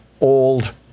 old